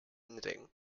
knitting